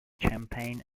champagne